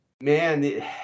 man